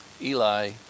Eli